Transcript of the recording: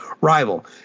rival